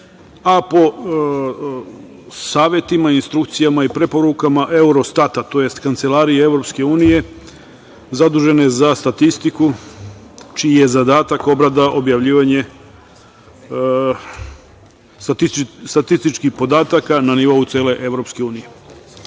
a po savetima, instrukcijama i preporukama Eurostata, tj. kancelarije EU zadužene za statistiku, čiji je zadatak obrada, objavljivanje statističkih podataka na nivou cele